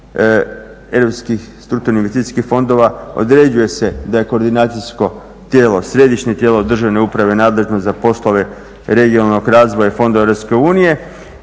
europskih strukturnih investicijskih fondova određuje se da je koordinacijsko tijelo središnje tijelo državne uprave nadležno za poslove regionalnog razvoja i fondova EU te koje